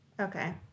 Okay